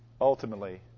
Ultimately